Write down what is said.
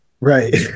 right